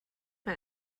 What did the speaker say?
mae